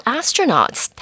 astronauts